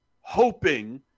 hoping